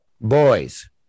boys